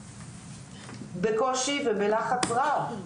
בקושי ובלחץ רב.